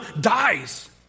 dies